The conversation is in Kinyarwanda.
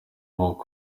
aho